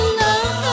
love